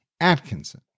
Atkinson